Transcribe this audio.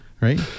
right